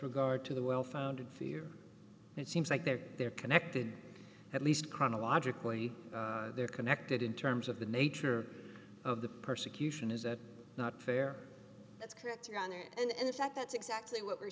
regard to the well founded fear it seems like that they're connected at least chronologically they're connected in terms of the nature of the persecution is that not fair that's correct your honor and in fact that's exactly what we're